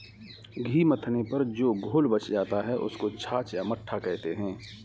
घी मथने पर जो घोल बच जाता है, उसको छाछ या मट्ठा कहते हैं